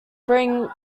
bring